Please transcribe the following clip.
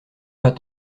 pas